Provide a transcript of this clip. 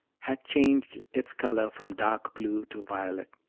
had changed its color from dark blue to violet.